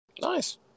Nice